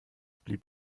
blieb